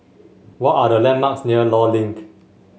what are the landmarks near Law Link